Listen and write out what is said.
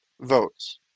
votes